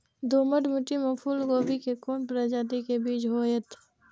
दोमट मिट्टी में फूल गोभी के कोन प्रजाति के बीज होयत?